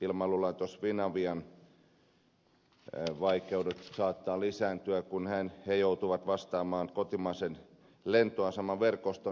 ilmailulaitos finavian vaikeudet saattavat lisääntyä kun se joutuu vastaamaan kotimaisen lentoasemaverkoston ylläpitämisestä